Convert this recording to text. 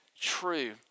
true